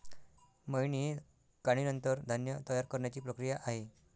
मळणी ही काढणीनंतर धान्य तयार करण्याची प्रक्रिया आहे